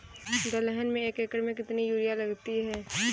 दलहन में एक एकण में कितनी यूरिया लगती है?